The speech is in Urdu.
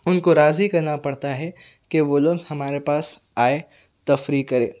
ان کو راضی کرنا پڑتا ہے کہ وہ لوگ ہمارے پاس آئے تفریح کرے